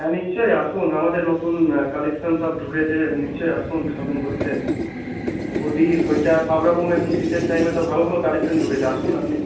হ্যাঁ নিশ্চই আসুন আমাদের নতুন কালেকশান সব ঢুকেছে নিশ্চই আসুন শপিং করতে হুডি সৈটার সব রকম এখন শীতের টাইমে তো ভালো ভালো কালেকশান ঢুকেছে আসুন আপনি